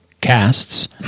casts